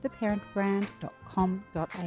theparentbrand.com.au